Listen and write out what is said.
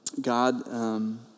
God